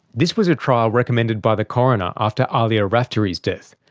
this was a trial recommended by the coroner after ahlia raftery's death,